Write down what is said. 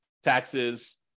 taxes